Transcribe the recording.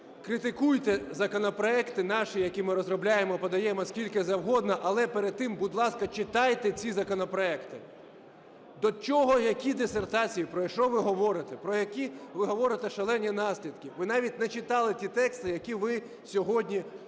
критикуйте законопроекти наші, які ми розробляємо і подаємо, скільки завгодно. Але перед тим, будь ласка, читайте ці законопроекти. До чого, які дисертації? Про що ви говорите? Про які ви говорите шалені наслідки? Ви навіть не читали ті тексти, які ви сьогодні